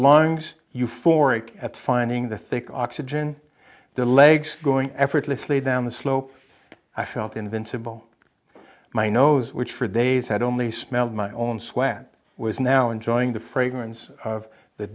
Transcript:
lungs euphoric at finding the thick oxygen the legs going effortlessly down the slope i felt invincible my nose which for days had only smelled my own sweat was now enjoying the fragrance of the